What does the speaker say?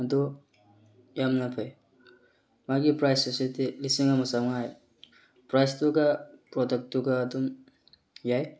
ꯑꯗꯨ ꯌꯥꯝꯅ ꯐꯩ ꯃꯥꯒꯤ ꯄ꯭ꯔꯥꯏꯁ ꯑꯁꯤꯗꯤ ꯂꯤꯁꯤꯡ ꯑꯃ ꯆꯥꯝꯃꯉꯥ ꯄ꯭ꯔꯥꯏꯁꯇꯨꯒ ꯄ꯭ꯔꯗꯛꯇꯨꯒ ꯑꯗꯨꯝ ꯌꯥꯏ